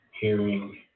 hearing